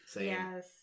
Yes